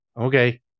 Okay